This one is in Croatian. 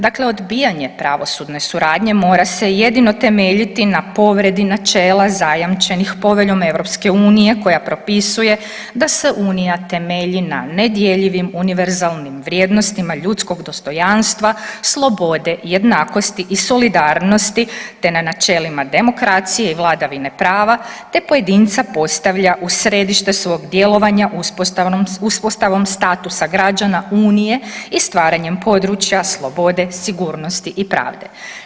Dakle, odbijanje pravosudne suradnje mora se jedino temeljiti na povredi načela zajamčenih Poveljom EU koja propisuje da se Unija temelji na nedjeljivim univerzalnim vrijednostima ljudskog dostojanstva, slobode, jednakosti i solidarnosti te na načelima demokracije i vladavine prava te pojedinca postavlja u središte svog djelovanja uspostavom statusa građana Unije i stvaranjem područja slobode, sigurnosti i pravde.